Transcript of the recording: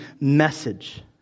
message